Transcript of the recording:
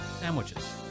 sandwiches